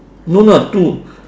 no lah two